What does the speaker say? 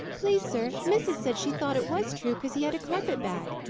please, sir, missis said she thought it was true, cause he had a carpet-bag,